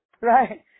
Right